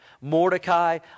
Mordecai